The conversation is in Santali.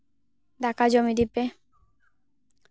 ᱫᱟᱠᱟ ᱡᱚᱢ ᱤᱫᱤ ᱯᱮ